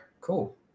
Cool